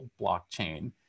blockchain